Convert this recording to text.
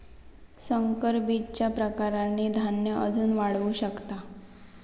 संकर बीजच्या प्रकारांनी धान्य अजून वाढू शकता